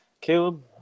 Caleb